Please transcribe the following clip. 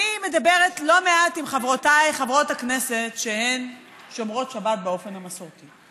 אני מדברת לא מעט עם חברותיי חברות הכנסת שהן שומרות שבת באופן המסורתי,